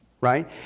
right